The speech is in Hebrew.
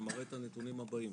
שמראה את הנתונים הבאים,